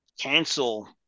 cancel